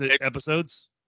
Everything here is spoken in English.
episodes